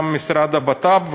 גם משרד הבט"פ,